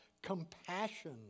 compassion